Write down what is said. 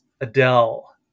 adele